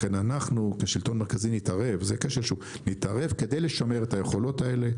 לכן אנחנו כשלטון מרכזי נתערב זה כשל שוק כדי לשמר את היכולות האלה.